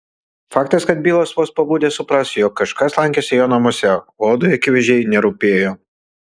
faktas kad bilas vos pabudęs supras jog kažkas lankėsi jo namuose hodui akivaizdžiai nerūpėjo